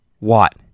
Watt